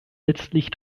letztlich